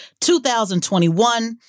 2021